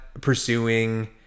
pursuing